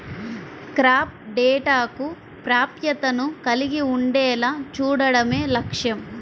crop డేటాకు ప్రాప్యతను కలిగి ఉండేలా చూడడమే లక్ష్యం